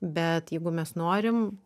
bet jeigu mes norim